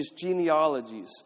genealogies